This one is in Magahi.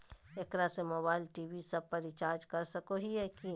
एकरा से मोबाइल टी.वी सब रिचार्ज कर सको हियै की?